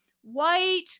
white